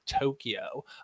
Tokyo